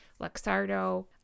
Luxardo